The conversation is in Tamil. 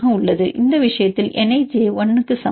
இந்த விஷயத்தில் n ij 1 க்கு சமம்